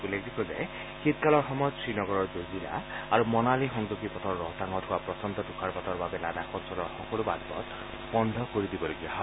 উল্লেখযোগ্য যে শীতকালৰ সময়ত শ্ৰীনগৰৰ জোজিলা আৰু মনালী সংযোগী পথৰ ৰোহতাঙত হোৱা প্ৰচণ্ড তুষাৰপাতৰ বাবে লাডাখ অঞ্চলৰ সকলো বাট পথসমূহ বন্ধ কৰি দিবলগীয়া হয়